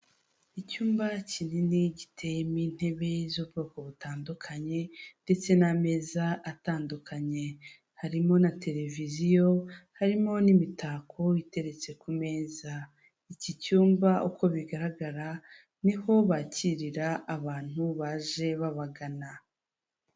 Icyumba kinini giteyemo intebe z'ubwoko butandukanye ndetse n'ameza atandukanye, harimo na televiziyo harimo n'imitako iteretse ku meza y'iki cyumba, uko bigaragara niho bakirira abantu baje babagana.